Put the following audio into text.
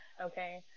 okay